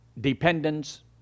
dependence